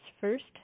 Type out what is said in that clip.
first